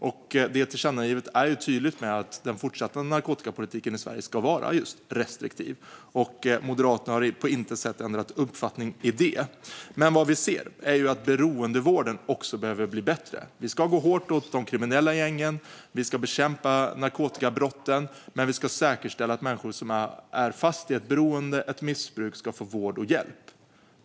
Och detta tillkännagivande är tydligt med att den fortsatta narkotikapolitiken i Sverige ska vara just restriktiv. Moderaterna har på intet sätt ändrat uppfattning i fråga om det. Men vad vi ser är att beroendevården också behöver bli bättre. Vi ska gå hårt åt de kriminella gängen. Vi ska bekämpa narkotikabrotten. Men vi ska säkerställa att människor som är fast i ett beroende och ett missbruk ska få vård och hjälp.